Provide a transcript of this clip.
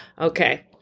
Okay